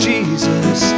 Jesus